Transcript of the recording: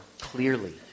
clearly